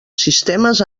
sistemes